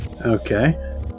Okay